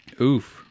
Oof